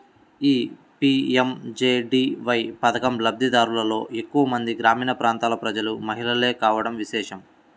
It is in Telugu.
ఈ పీ.ఎం.జే.డీ.వై పథకం లబ్ది దారులలో ఎక్కువ మంది గ్రామీణ ప్రాంతాల ప్రజలు, మహిళలే కావడం విశేషం